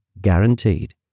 guaranteed